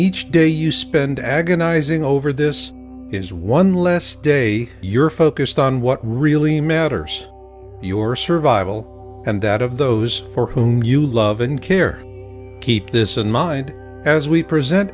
each day you spend agonizing over this is one less day you're focused on what really matters your survival and that of those for whom you love and care keep this in mind as we present